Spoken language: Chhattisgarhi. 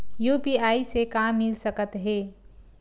यू.पी.आई से का मिल सकत हे?